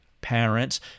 Parents